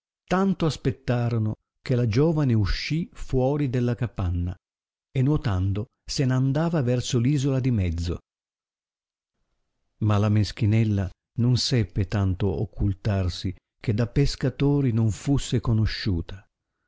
tanto aspettarono che la giovane uscì fuori della capanna e nuotando se n andava verso l isola di mezzo ma la meschinella non seppe tanto occultarsi che da pescatori non fusse conosciuta